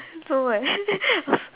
no my